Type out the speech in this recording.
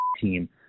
team